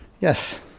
yes